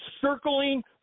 circling